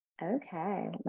Okay